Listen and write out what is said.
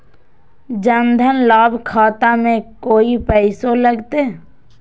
जन धन लाभ खाता में कोइ पैसों लगते?